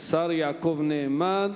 השר יעקב נאמן.